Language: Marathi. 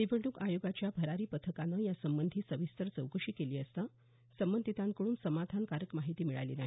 निवडणूक आयोगाच्या भरारी पथकानं या संबधी सविस्तर चौकशी केली असता संबंधिताकडून समाधानकारक माहिती मिळाली नाही